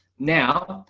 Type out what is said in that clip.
now,